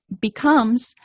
becomes